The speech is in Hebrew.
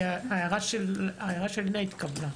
וההערה של לינא התקבלה.